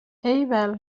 ایول